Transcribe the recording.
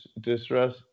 distress